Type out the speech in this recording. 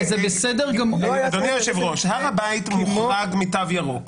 אדוני היושב ראש, הר הבית מוחרג מתו ירוק,